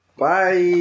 Bye